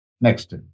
Next